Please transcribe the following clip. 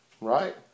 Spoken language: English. right